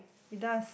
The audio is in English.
it does